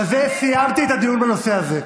בזה סיימתי את הדיון בנושא הזה.